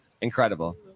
Incredible